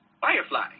Firefly